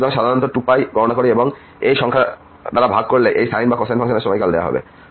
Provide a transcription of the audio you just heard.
সুতরাং সাধারণত আমরা 2π গণনা করি এবং এই সংখ্যা দ্বারা ভাগ করলে এই সাইন বা কোসাইন ফাংশনের সময়কাল দেওয়া হবে